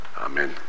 Amen